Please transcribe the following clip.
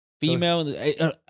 Female